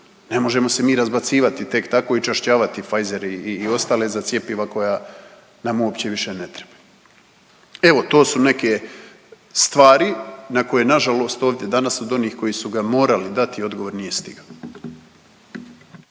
ne možemo se mi razbacivati tek tako i čašćavati Pfizere i ostale za cjepiva koja nam uopće više ne trebaju. Evo to su neke stvari na koje nažalost ovdje danas od onih koji su ga morali dati odgovor nije stigao.